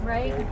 Right